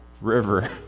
river